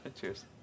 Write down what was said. Cheers